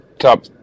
top